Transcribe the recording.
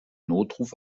notruf